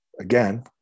again